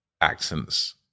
accents